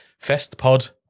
Festpod